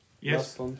Yes